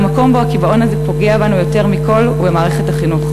והמקום שבו הקיבעון הזה פוגע בנו יותר מכול הוא מערכת החינוך.